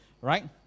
right